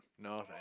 No